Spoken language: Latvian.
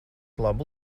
labu